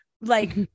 like-